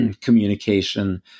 communication